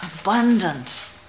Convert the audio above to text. abundant